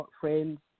friends